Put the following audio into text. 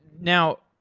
now,